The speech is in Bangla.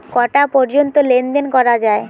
কটা পর্যন্ত লেন দেন করা য়ায়?